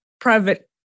private